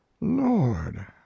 lord